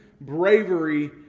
bravery